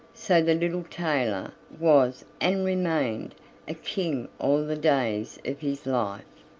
so the little tailor was and remained a king all the days of his life.